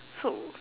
so